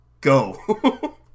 go